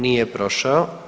Nije prošao.